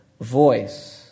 voice